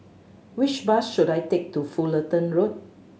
which bus should I take to Fullerton Road